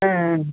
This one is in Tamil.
ஆ ஆ